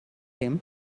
him